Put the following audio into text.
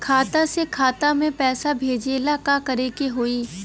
खाता से खाता मे पैसा भेजे ला का करे के होई?